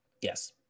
Yes